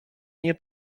nie